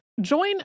Join